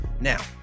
Now